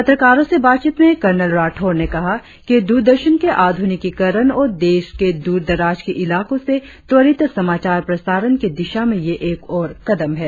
पत्रकारों से बातचीत में कर्नल राठौड़ ने कहा कि दूरदर्शन के आधुनिकीकरण और देश के दूरदराज के इलाकों से त्वरित समाचार प्रसारण की दिशा में यह एक और कदम है